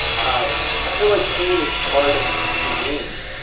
i i feel like pain is part of the game.